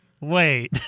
Wait